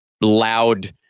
loud